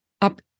up